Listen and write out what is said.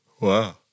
Wow